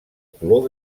color